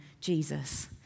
Jesus